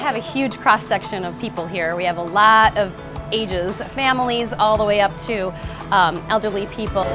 have a huge cross section of people here we have a lot of ages of families all the way up to elderly people